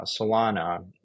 Solana